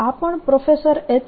આ પણ professor H